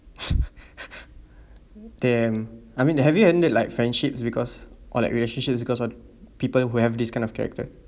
damn I mean have you ended like friendships because or like relationships because of people who have this kind of character